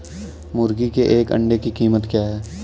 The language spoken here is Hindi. मुर्गी के एक अंडे की कीमत क्या है?